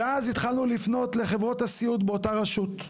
ואז התחלנו לפנות לחברות הסיעוד באותה רשות.